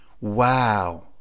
Wow